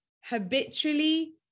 habitually